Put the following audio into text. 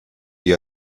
die